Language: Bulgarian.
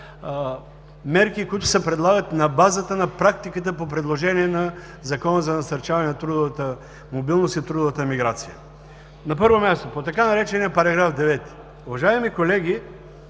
мерки, които се предлагат на базата на практиката, по предложение на Закона за насърчаване на трудовата мобилност и трудовата миграция. На първо място, по така наречения „§ 9“. Уважаеми колеги,